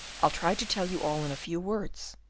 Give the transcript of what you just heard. i'll try to tell you all in a few words.